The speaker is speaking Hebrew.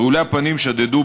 רעולי הפנים שדדו,